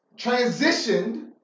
transitioned